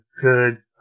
good